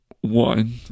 one